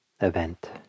event